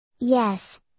Yes